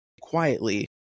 quietly